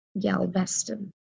Galveston